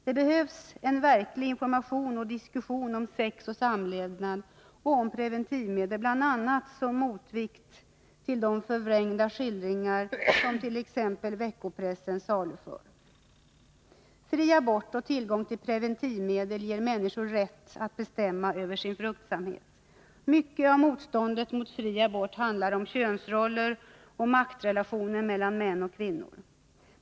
Det behövs verklig information och diskussion om sex, samlevnad och preventivmedel, bl.a. som motvikt till de förvrängda skildringar som t.ex. veckopressen saluför. Fri abort och tillgång till preventivmedel ger människor rätt att bestämma över sin fruktsamhet. Mycket av motståndet mot fri abort handlar om könsroller och maktrelationer mellan män och kvinnor.